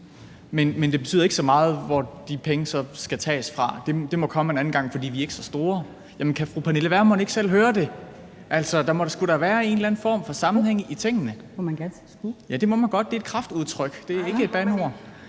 Men det betyder ikke så meget, hvor de penge så skal tages fra. Det må komme en anden gang, fordi vi ikke er så store. Jamen kan fru Pernille Vermund ikke selv høre det? Der må sgu da være en eller anden form for sammenhæng i tingene. (Pernille Vermund (Nye Borgerlige): Hov,